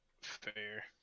fair